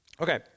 Okay